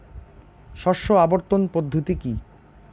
শস্য আবর্তন পদ্ধতি কি?